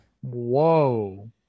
Whoa